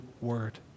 Word